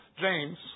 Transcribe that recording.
James